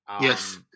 Yes